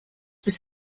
was